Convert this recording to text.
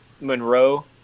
Monroe